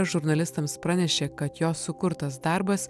žurnalistams pranešė kad jo sukurtas darbas